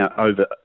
over